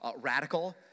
radical